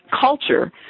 culture